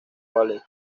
ballet